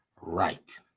right